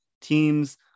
teams